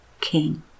King